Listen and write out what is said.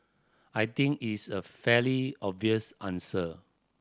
I think is a fairly obvious answer